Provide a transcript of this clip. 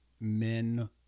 men